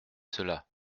cela